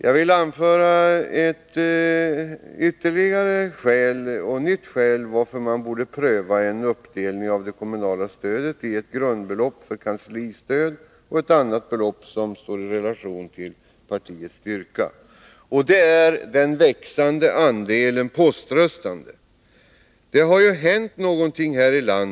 Ytterligare ett skäl till att man bör pröva en uppdelning av det kommunala stödet i ett grundbelopp för kanslistöd och ett annat belopp som står i relation till partiets styrka är den växande andelen poströstande.